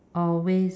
always